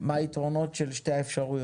מה היתרונות של שתי האפשרויות?